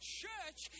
church